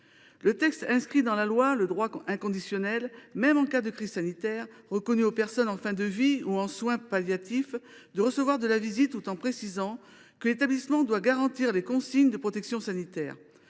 Le texte inscrit dans la loi le droit inconditionnel, même en cas de crise sanitaire, reconnu aux personnes en fin de vie ou en soins palliatifs de recevoir de la visite, tout en précisant que l’établissement doit garantir les consignes de protection sanitaire.